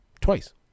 twice